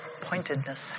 pointedness